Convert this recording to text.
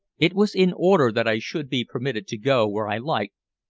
it was in order that i should be permitted to go where i liked,